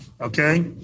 Okay